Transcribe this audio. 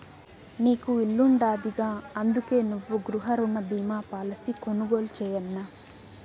నీకు ఇల్లుండాదిగా, అందుకే నువ్వు గృహరుణ బీమా పాలసీ కొనుగోలు చేయన్నా